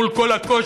מול כל הקושי,